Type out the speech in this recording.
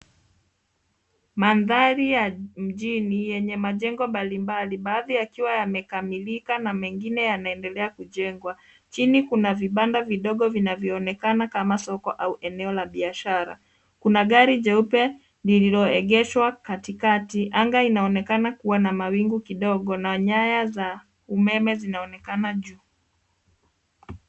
Mandhari ya mjini yenye majengo mbalimbali baadhi yakiwa yamekamilika na mengine yanaendelea kujengwa. Chini kuna vibanda vidogo vinavyoonekana kama soko au eneo la biashara. Kuna gari jeupe lililoegeshwa katikati. Anga inaonekana kuwa na mawingu kidogo na nyaya za umeme zinaonekana juu.